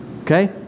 Okay